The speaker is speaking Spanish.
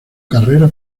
carrera